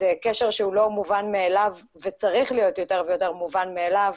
זה קשר שהוא לא מובן מאליו וצריך להיות יותר ויותר מובן מאליו,